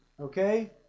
Okay